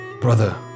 brother